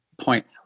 point